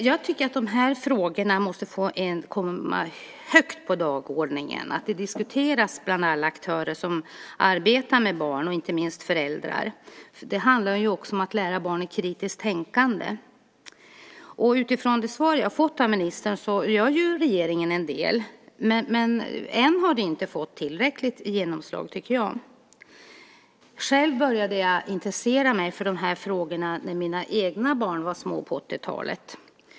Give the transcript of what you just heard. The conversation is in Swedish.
Jag tycker att de här frågorna måste komma högt på dagordningen. De måste diskuteras bland alla aktörer som arbetar med barn, och inte minst bland föräldrar. Det handlar också om att lära barnen kritiskt tänkande. I det svar jag har fått av ministern kan man se att regeringen gör en del, men jag tycker att det ännu inte har fått tillräckligt genomslag. Själv började jag intressera mig för de här frågorna när mina egna barn var små på 80-talet.